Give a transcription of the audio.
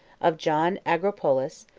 of john argyropulus,